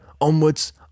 onwards